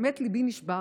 באמת ליבי נשבר.